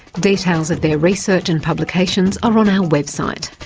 details of their research and publications are on our website,